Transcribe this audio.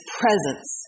presence